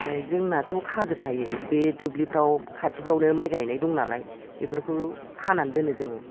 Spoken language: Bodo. जोंनाथ' खाजोबखायो बे दुब्लिफ्राव खाथिफ्रावलाय माइ गायनाय दंनालाय बेफोरखौ खानानै दोनो जोङो